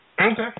Okay